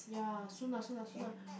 ya soon lah soon lah soon lah